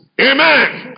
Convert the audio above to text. Amen